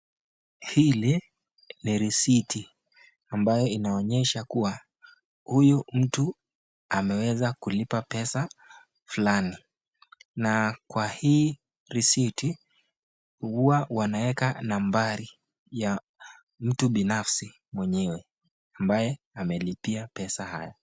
Hili ni risiti ambayo inaonyesha kuwa huyu mtu ameweza kulipa pesa fulani. Na kwa hii risiti huwa wanaweka nambari ya mtu binafsi mwenyewe ambaye amelipia pesa haya.